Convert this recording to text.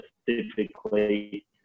specifically